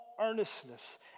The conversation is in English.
earnestness